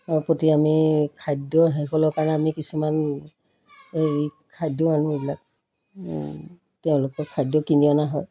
প্ৰতি আমি খাদ্য সেইসকলৰ কাৰণে আমি কিছুমান হেৰি খাদ্য আনো এইবিলাক তেওঁলোকৰ খাদ্য কিনি অনা হয়